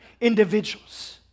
individuals